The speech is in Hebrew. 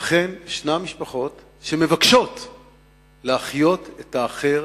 אכן, יש משפחות שמבקשות להחיות את האחר